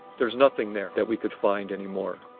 there's nothing there that we could find anymore.